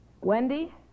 Wendy